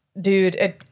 Dude